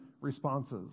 responses